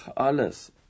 Alles